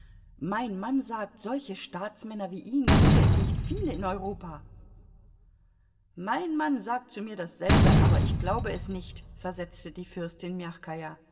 mein mann sagt solche staatsmänner wie ihn gebe es nicht viele in europa mein mann sagt zu mir dasselbe aber ich glaube es nicht versetzte die fürstin